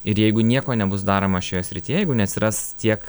ir jeigu nieko nebus daroma šioje srityje jeigu neatsiras tiek